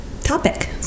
topic